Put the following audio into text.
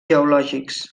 geològics